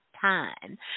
time